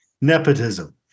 Nepotism